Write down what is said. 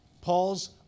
Paul's